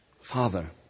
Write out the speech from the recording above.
Father